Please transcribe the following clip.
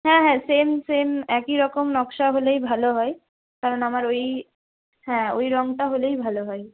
হ্যাঁ হ্যাঁ same same একইরকম নকশা হলেই ভালো হয় কারণ আমার ওই হ্যাঁ ওই রংটা হলেই ভালো হয়